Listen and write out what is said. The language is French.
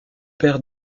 père